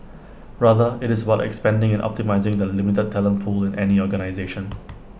rather IT is about expanding and optimising the limited talent pool in any organisation